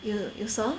you you saw